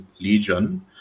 Legion